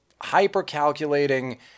hyper-calculating